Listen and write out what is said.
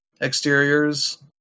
exteriors